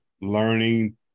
learning